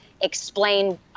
explain